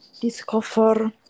discover